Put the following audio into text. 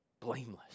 blameless